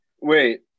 wait